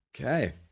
Okay